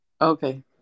Okay